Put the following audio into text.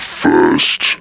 first